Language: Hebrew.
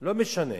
לא משנה.